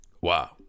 Wow